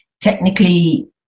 technically